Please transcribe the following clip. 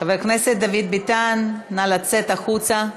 חבר הכנסת דוד ביטן, נא לצאת החוצה.